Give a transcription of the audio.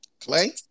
Clay